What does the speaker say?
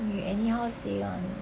you anyhow say [one]